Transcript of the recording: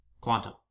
Quantum